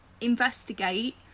investigate